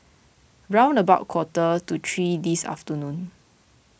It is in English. round about quarter to three this afternoon